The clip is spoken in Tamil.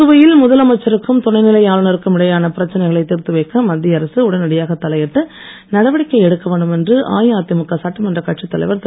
புதுவையில் முதலமைச்சருக்கும் துணைநிலை ஆளுநருக்கும் இடையேயான பிரச்னைகளை தீர்த்து வைக்க மத்திய அரசு உடனடியாக தலையிட்டு நடவடிக்கை எடுக்க வேண்டும் என்று அஇஅதிமுக சட்டமன்ற கட்சி தலைவர் திரு